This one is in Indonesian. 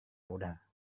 mudah